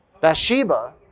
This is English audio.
Bathsheba